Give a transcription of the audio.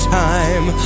time